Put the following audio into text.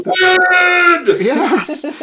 Yes